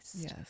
Yes